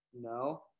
No